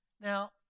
Now